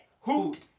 Hoot